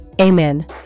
Amen